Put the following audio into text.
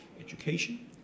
education